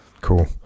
cool